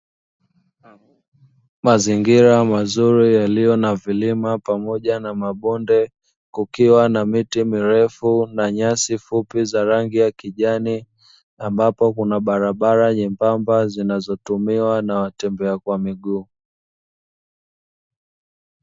Mazingira mazuri yaliyo na vilima pamoja na mabonde kukiwa na miti mirefu na nyasi fupi za rangi ya kijani, ambapo kuna barabara nyembamba zinazotumiwa na watembea kwa miguu.